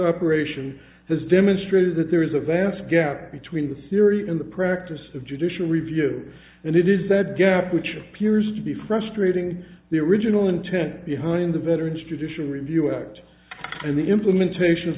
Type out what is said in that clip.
operation has demonstrated that there is a vast gap between the theory in the practice of judicial review and it is that gap which appears to be frustrating the original intent behind the veteran judicial review act and the implementation of